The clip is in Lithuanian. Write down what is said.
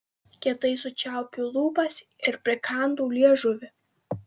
kietai sučiaupiu lūpas ir prikandu liežuvį